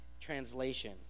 translation